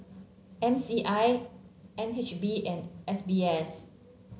M C I N H B and S B S